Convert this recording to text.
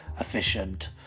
efficient